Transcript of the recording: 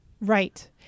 Right